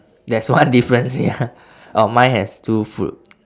there's one difference ya oh mine has two fruit